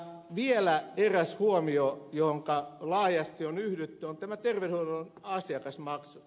vielä eräs huomio johonka laajasti on yhdytty on tämä terveydenhuollon asiakasmaksu